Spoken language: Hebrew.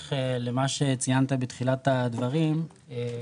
בהמשך למה שציינת בתחילת הדברים,